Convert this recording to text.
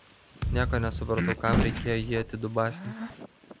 nieko nesupratau kam reikėjo jį atidubasinti